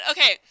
Okay